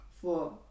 four